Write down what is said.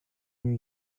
new